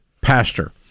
Pastor